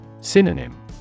Synonym